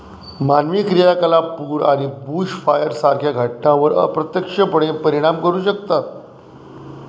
मानवी क्रियाकलाप पूर आणि बुशफायर सारख्या घटनांवर अप्रत्यक्षपणे परिणाम करू शकतात